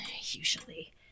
usually